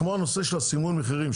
כמו הנושא של סימון המחירים,